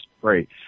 great